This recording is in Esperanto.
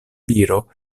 viro